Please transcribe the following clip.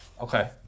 Okay